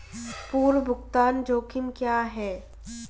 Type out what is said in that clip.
पूर्व भुगतान जोखिम क्या हैं?